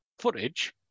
footage